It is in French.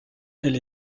elle